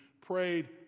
prayed